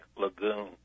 lagoon